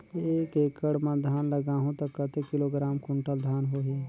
एक एकड़ मां धान लगाहु ता कतेक किलोग्राम कुंटल धान होही?